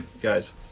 Guys